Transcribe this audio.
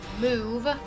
move